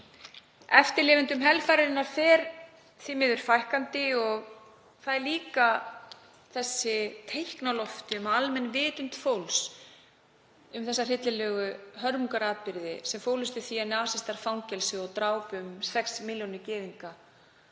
Eftirlifendum helfararinnar fer því miður fækkandi og það eru líka þau teikn á lofti að almenn vitund fólks um þessa hryllilegu hörmungaratburði, sem fólust í því að nasistar fangelsuðu og drápu um 6 milljónir gyðinga